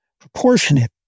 proportionate